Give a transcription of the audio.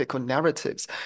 narratives